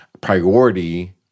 priority